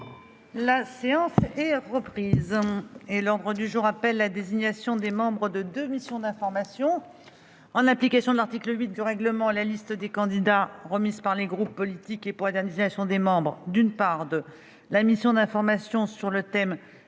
La séance est reprise. L'ordre du jour appelle la désignation des membres de deux missions d'information. En application de l'article 8 du règlement, les listes des candidats remises par les groupes politiques pour la désignation des membres de la mission d'information sur le thème